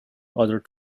other